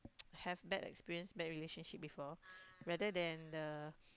have bad experience bad relationship before rather than the